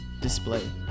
display